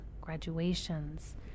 graduations